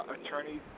attorneys